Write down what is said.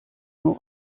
nur